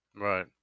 Right